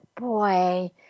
boy